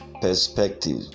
perspective